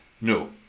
No